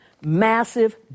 massive